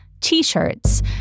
t-shirts